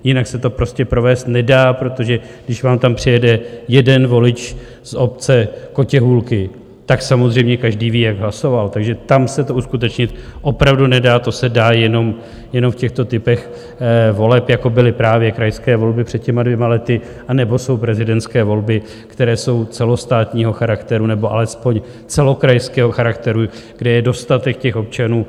Jinak se to prostě provést nedá, protože když vám tam přijede jeden volič z obce Kotěhůlky, samozřejmě každý ví, jak hlasoval, takže tam se to uskutečnit opravdu nedá, to se dá jenom v těchto typech voleb, jako byly právě krajské volby před dvěma lety, anebo jsou prezidentské volby, které jsou celostátního charakteru, nebo alespoň celokrajského charakteru, kde je dostatek občanů.